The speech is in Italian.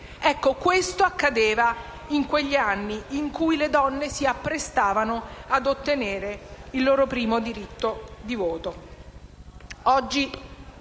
questo accadeva in quegli anni in cui le donne si apprestavano ad ottenere il loro primo diritto di voto.